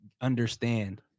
understand